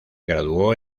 graduó